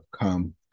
come